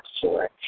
sure